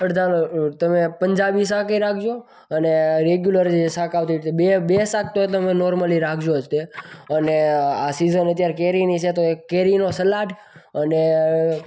અડધા તમે પંજાબી શાકએ રાખજો અને રેગ્ગુલર જે શાક આવતું હોય એટલે બે બે શાક તો તમે નોર્મલી રાખજો જ તે અને આ સીઝન અત્યારે કેરીની છે તો એક કેરીનું સલાડ અને